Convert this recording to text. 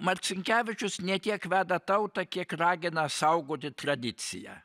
marcinkevičius ne tiek veda tautą kiek ragina saugoti tradiciją